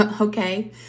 Okay